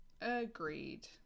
agreed